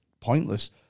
pointless